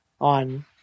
on